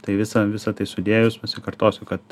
tai visa visa tai sudėjus pasikartosiu kad